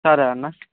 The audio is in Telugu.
సరే అన్న